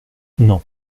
non